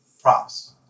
props